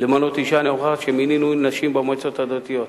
למנות אשה מינינו נשים למועצות הדתיות.